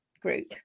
group